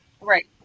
Right